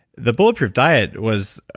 the bulletproof diet was,